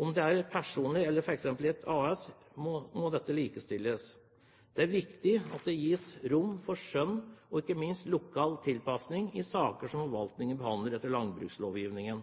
Om det er et personlig foretak eller f.eks. et AS, må dette likestilles. Det er viktig at det gis rom for skjønn, og ikke minst lokal tilpasning, i saker som forvaltningen behandler etter landbrukslovgivningen.